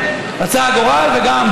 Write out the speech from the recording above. אבל אתה יודע מה, אני מסכים איתך.